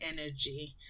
energy